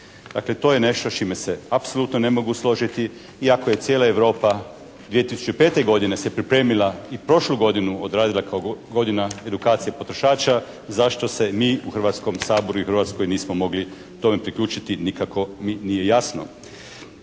Dakle, to je nešto s čime se apsolutno ne mogu složiti i ako je cijela Europa 2005. godine se pripremila i prošlu godinu odradila kao godinu edukacije potrošača zašto se mi u Hrvatskom saboru i Hrvatskoj nismo mogli tome priključiti nikako mi nije jasno.